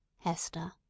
Hester